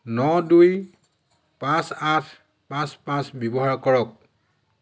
ন দুই পাঁচ আঠ পাঁচ পাঁচ ব্যৱহাৰ কৰক